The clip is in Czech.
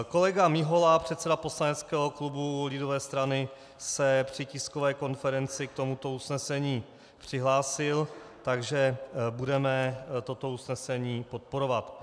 Kolega Mihola, předseda poslaneckého klubu lidové strany, se při tiskové konferenci k tomuto usnesení přihlásil, takže budeme toto usnesení podporovat.